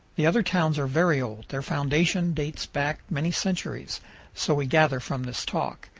the other towns are very old their foundation dates back many centuries so we gather from this talk.